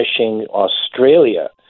Australia